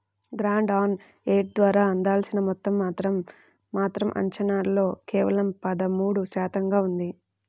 grant on aid ద్వారా అందాల్సిన మొత్తం మాత్రం మాత్రం అంచనాల్లో కేవలం పదమూడు శాతంగా ఉంది